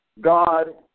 God